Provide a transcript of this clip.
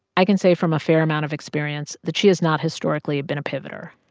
i can say from a fair amount of experience that she has not historically been a pivoter.